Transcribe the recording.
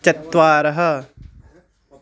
चत्वारः